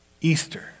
Easter